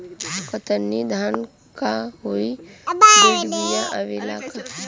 कतरनी धान क high breed बिया आवेला का?